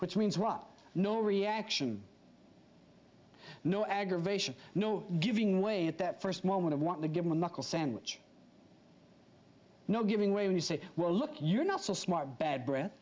which means what no reaction no aggravation no giving way at that first moment of want to give michael sandwich not giving way when you say well look you're not so smart bad breath